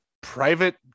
private